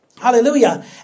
Hallelujah